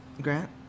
Grant